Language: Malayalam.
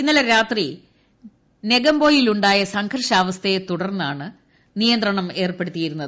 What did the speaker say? ഇന്നലെ രാത്രി നെഗമ്പോയിലുണ്ടായ സംഘർഷാവസ്ഥയെ തുടർന്നാണ് നിയന്ത്രണം ഏർപ്പെടുത്തിയിരുന്നത്